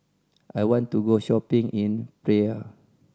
I want to go shopping in Praia